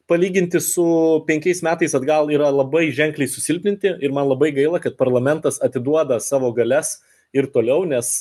palyginti su penkiais metais atgal yra labai ženkliai susilpninti ir man labai gaila kad parlamentas atiduoda savo galias ir toliau nes